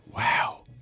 Wow